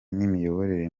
n’imiyoborere